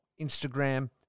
Instagram